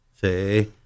say